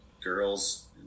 girls